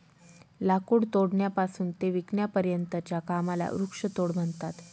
लाकूड तोडण्यापासून ते विकण्यापर्यंतच्या कामाला वृक्षतोड म्हणतात